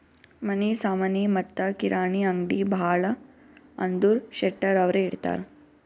ಮನಿ ಸಾಮನಿ ಮತ್ತ ಕಿರಾಣಿ ಅಂಗ್ಡಿ ಭಾಳ ಅಂದುರ್ ಶೆಟ್ಟರ್ ಅವ್ರೆ ಇಡ್ತಾರ್